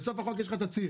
בסוף החוק יש תצהיר.